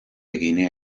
guinea